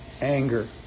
anger